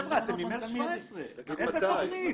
חבר'ה, אתם ממרץ 2017. איזו תוכנית?